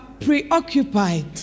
preoccupied